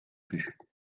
plus